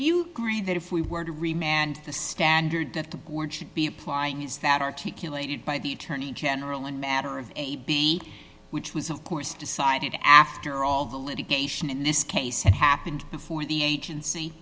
you agree that if we were to remain and the standard that the board should be applying is that articulated by the attorney general a matter of be which was of course decided after all the litigation in this case had happened before the agency